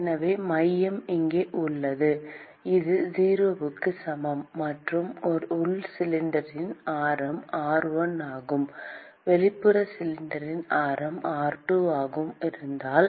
எனவே மையம் இங்கே உள்ளது இது 0 க்கு சமம் மற்றும் உள் சிலிண்டரின் ஆரம் r1 ஆகவும் வெளிப்புற சிலிண்டரின் ஆரம் r2 ஆகவும் இருந்தால்